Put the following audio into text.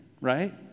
right